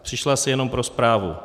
Přišla si jenom pro zprávu.